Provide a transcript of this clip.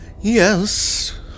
Yes